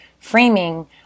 framing